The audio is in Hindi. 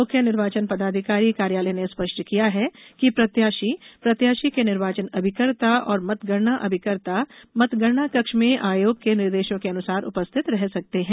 मुख्य निर्वाचन पदाधिकारी कार्यालय ने स्पष्ट किया गया है कि प्रत्याशी प्रत्याशी के निर्वाचन अभिकर्ता एवं मतगणना अभिकर्ता मतगणना कक्ष में आयोग के निर्देशों के अनुसार उपस्थित रह सकते हैं